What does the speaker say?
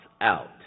out